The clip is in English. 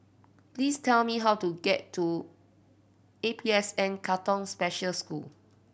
please tell me how to get to A P S N Katong Special School